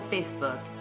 Facebook